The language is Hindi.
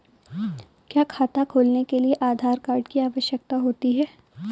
क्या खाता खोलने के लिए आधार कार्ड की आवश्यकता होती है?